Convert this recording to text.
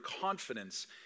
confidence